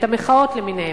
את המחאות למיניהן,